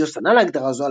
אמברוזיוס ענה להגדרה זו,